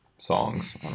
songs